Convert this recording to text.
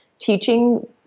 teaching